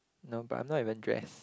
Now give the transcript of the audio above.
no but I'm not even dressed